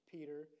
Peter